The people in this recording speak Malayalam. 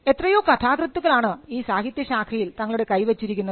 എത്രയോ കഥാകൃത്തുക്കൾ ആണ് ഈ സാഹിത്യശാഖയിൽ തങ്ങളുടെ കൈവച്ചിരിക്കുന്നത്